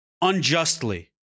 unjustly